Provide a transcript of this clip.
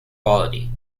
quality